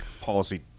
policy